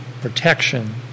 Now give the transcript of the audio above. protection